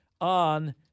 on